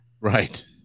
Right